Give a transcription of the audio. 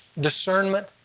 discernment